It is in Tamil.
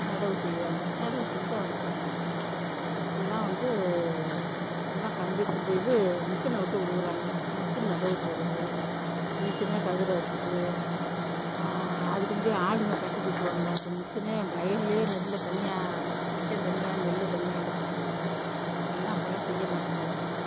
நடவு செய்வாங்க நடவு செஞ்சு அறுப்பாங்க இப்போலாம் வந்து எல்லாம் கம்ப்யூட்ரு இந்த இது மிஷனவிட்டு உழுவுறாங்க மிஷின் நடவு போடுது மிஷினே கதிர் அறுக்குது அதுக்கு முந்தி ஆளுங்க கட்டி தூக்குவாங்க இப்போ மிஷினே வயலில் நெல்ல தனியாக வைக்கே தனியா நெல்லை தனியாக எடுக்குது அப்படிலாம் அப்போலாம் செய்யமாட்டாங்க